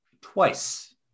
twice